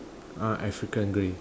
ah African grey